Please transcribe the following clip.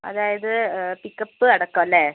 അതായത് പിക്കപ് അടക്കം അല്ലേ